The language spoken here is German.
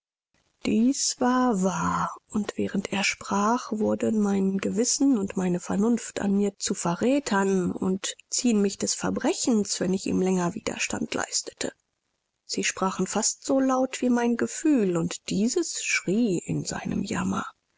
dies war wahr und während er sprach wurden mein gewissen und meine vernunft an mir zu verrätern und ziehen mich des verbrechens wenn ich ihm länger widerstand leistete sie sprachen fast so laut wie mein gefühl und dieses schrie in seinem jammer